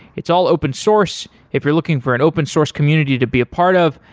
it's all open source. if you're looking for an open source community to be a part of,